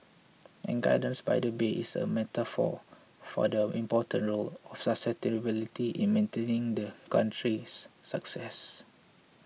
and gardens by the bay is a metaphor for the important role of sustainability in maintaining the country's success